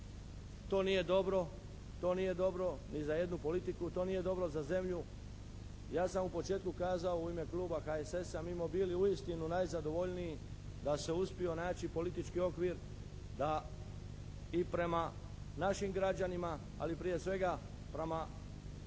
Naravno to nije dobro ni za jednu politiku. To nije dobro za zemlju. Ja sam u početku kazao u ime Kluba HSS-a mi bismo bili uistinu najzadovoljniji da se uspio naći politički okvir da, i prema našim građanima ali prije svega prema